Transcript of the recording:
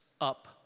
up